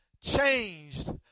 Changed